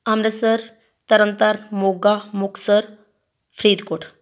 Amritsar Tarn Taran Moga Muktsar Faridkot